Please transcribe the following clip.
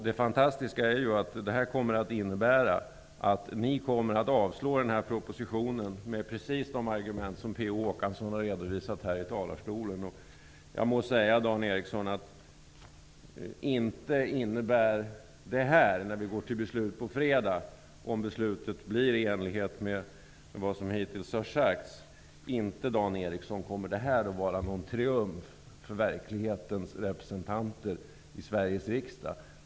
Det fantastiska är att det här kommer att innebära att ni kommer att avslå propositionen med precis samma argument som Per Olof Håkansson har redovisat här i talarstolen. Om beslutet blir i enlighet med vad som hittills har sagts må jag säga, Dan Eriksson, att det inte kommer att vara någon triumf för verklighetens representanter i Sveriges riksdag.